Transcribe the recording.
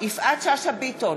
יפעת שאשא ביטון,